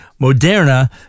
Moderna